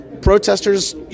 protesters